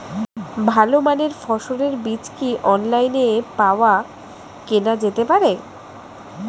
ভালো মানের ফসলের বীজ কি অনলাইনে পাওয়া কেনা যেতে পারে?